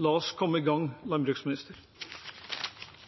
La oss komme i gang, landbruksminister!